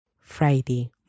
Friday